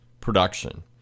production